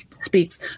speaks